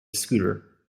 scooter